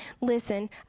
listen